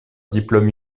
diplôme